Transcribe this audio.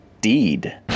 deed